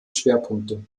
schwerpunkte